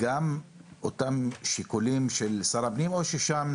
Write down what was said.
אלו גם אותם שיקולים של שר הפנים או ששם,